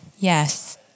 Yes